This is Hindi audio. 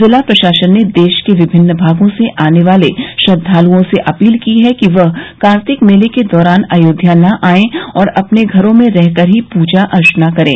जिला प्रशासन ने देश के विभिन्न भागों से आने वाले श्रद्दाल़ओं से अपील की है कि वह कार्तिक मेले के दौरान अयोध्या न आयें और अपने घरों में रह कर ही पूजा अर्चना करे